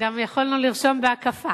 גם יכולנו לרשום, בהקפה.